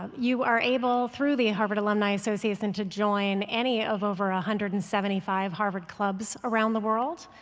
you are able, through the harvard alumni association, to join any of over ah hundred and seventy five harvard clubs around the world,